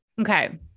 Okay